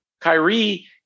Kyrie